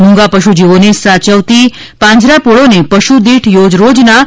મૂંગા પશુજીવોને સાયવતી પાંજરાપોળોને પશુદીઠ રોજના રૂ